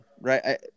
right